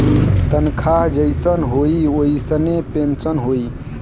तनखा जइसन होई वइसने पेन्सन होई